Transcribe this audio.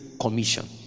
Commission